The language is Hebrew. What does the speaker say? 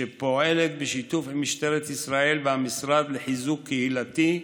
שפועלת בשיתוף עם משטרת ישראל והמשרד לחיזוק קהילתי,